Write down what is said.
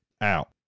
out